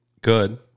good